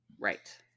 Right